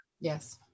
Yes